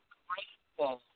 grateful